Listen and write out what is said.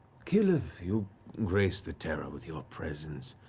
keyleth, you grace the terra with your presence.